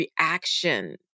reaction